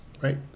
right